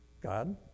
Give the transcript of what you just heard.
God